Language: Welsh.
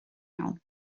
iawn